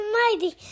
mighty